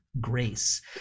grace